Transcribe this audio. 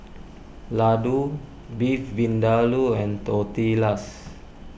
Ladoo Beef Vindaloo and Tortillas